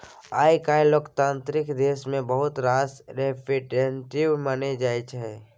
आइ काल्हि लोकतांत्रिक देश मे बहुत रास रिप्रजेंटेटिव मनी पाएल जाइ छै